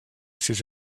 ses